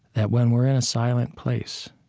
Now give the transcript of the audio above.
that when we're in a silent place,